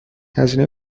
هزینه